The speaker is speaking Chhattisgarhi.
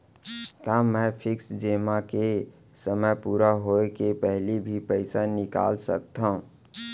का मैं फिक्स जेमा के समय पूरा होय के पहिली भी पइसा निकाल सकथव?